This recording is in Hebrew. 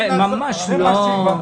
ממש לא.